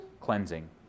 cleansing